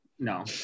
No